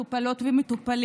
רוצה לברך, בבקשה.